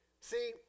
See